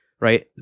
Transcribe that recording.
right